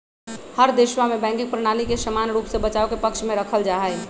हर देशवा में बैंकिंग प्रणाली के समान रूप से बचाव के पक्ष में रखल जाहई